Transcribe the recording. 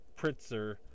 Pritzker